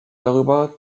darüber